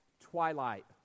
twilight